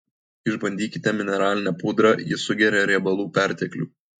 išbandykite mineralinę pudrą ji sugeria riebalų perteklių